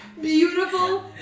beautiful